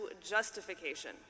justification